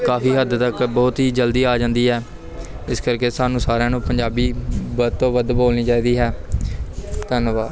ਕਾਫ਼ੀ ਹੱਦ ਤੱਕ ਬਹੁਤ ਹੀ ਜਲਦੀ ਆ ਜਾਂਦੀ ਹੈ ਇਸ ਕਰਕੇ ਸਾਨੂੰ ਸਾਰਿਆਂ ਨੂੰ ਪੰਜਾਬੀ ਵੱਧ ਤੋਂ ਵੱਧ ਬੋਲਣੀ ਚਾਹੀਦੀ ਹੈ ਧੰਨਵਾਦ